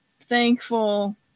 thankful